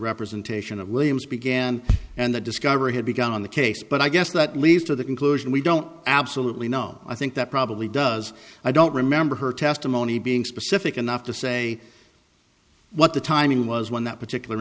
representation of williams began and the discovery had begun on the case but i guess that leads to the conclusion we don't absolutely know i think that probably does i don't remember her testimony being specific enough to say what the timing was when that particular